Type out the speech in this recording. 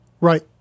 Right